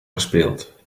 gespeeld